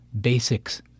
basics